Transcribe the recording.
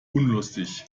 unlustig